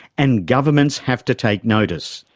and governments have to take notice.